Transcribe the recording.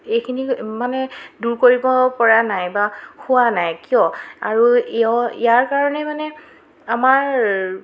এইখিনি মানে দূৰ কৰিব পৰা নাই বা হোৱা নাই কিয় আৰু ইয় ইয়াৰ কাৰণে মানে আমাৰ